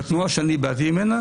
בתנועה שאני באתי ממנה